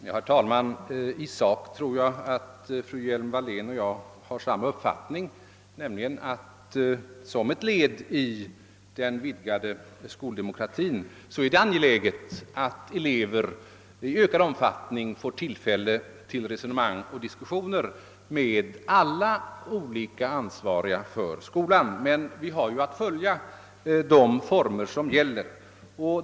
Herr talman! I sak tror jag att fru Hjelm-Wallén och jag har samma uppfattning, nämligen att det som ett led i den vidgade skoldemokratin är angeläget att elever i ökad omfattning får tillfälle till resonemang och diskussioner med alla som är ansvariga för skolan. Men vi måste följa de former som gäller.